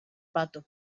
pato